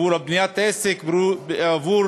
עבור